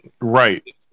Right